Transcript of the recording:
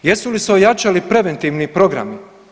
Jesu li se ojačali preventivni programi?